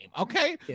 okay